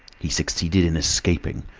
he succeeded in escaping,